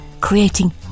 Creating